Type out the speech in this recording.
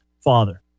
father